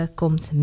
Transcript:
komt